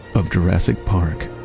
of jurassic park,